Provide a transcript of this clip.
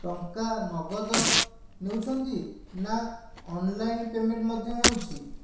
ଟଙ୍କା ନଗଦ ନେଉଛନ୍ତି ନା ଅନଲାଇନ ପେମେଣ୍ଟ ମଧ୍ୟ ହେଉଛି